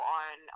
on